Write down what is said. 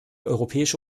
europäische